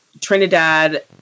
Trinidad